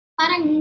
parang